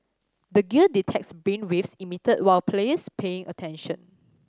the gear detects brainwaves emitted while player is paying attention